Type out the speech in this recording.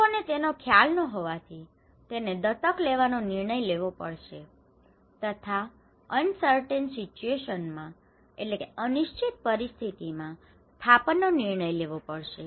લોકોને તેનો ખ્યાલ ન હોવાથી તેને દત્તક લેવાનો નિર્ણય લેવો પડશે તથા અનસર્ટેંન સિચુએશનમાં uncertain situation અનિશ્ચિત પરિસ્થિતિ સ્થાપનનો નિર્ણય લેવો પડશે